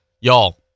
Y'all